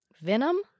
Venom